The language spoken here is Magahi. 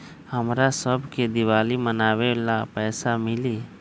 हमरा शव के दिवाली मनावेला पैसा मिली?